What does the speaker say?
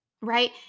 right